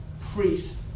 priest